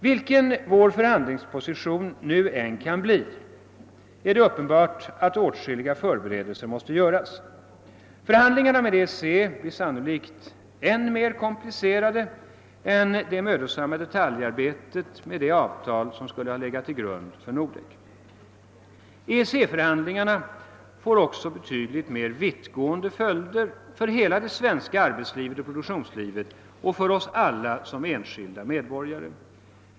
Vilken vår förhandlingsposition än kan bli är det uppenbart att åtskilliga förberedelser måste göras. Förhandlingarna med EEC blir sannolikt ännu mer komplicerade än det mödosamma detaljarbetet med det avtal som skulle ha legat till grund för Nordek. EEC-förhandlingarna får också betydligt mer vittgående följder för hela det svenska arbetslivet och produktionslivet och för oss alla som enskilda medborgare.